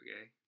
Okay